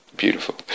beautiful